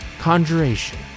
Conjuration